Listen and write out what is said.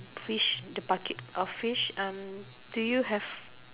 fish the bucket of fish um do you have